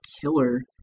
killer